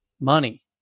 money